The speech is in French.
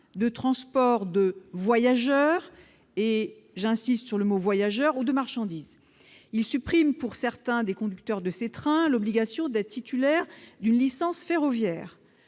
de transport de voyageurs- j'insiste sur le mot « voyageurs » -ou de marchandises ». Il supprime, pour certains conducteurs des trains concernés, l'obligation d'être titulaires d'une licence ferroviaire.